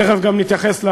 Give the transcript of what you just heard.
תכף נתייחס גם